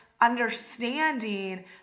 understanding